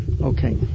Okay